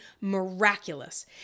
miraculous